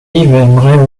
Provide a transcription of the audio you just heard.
aimeraient